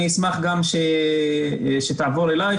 אני אשמח גם שתעבור אלייך.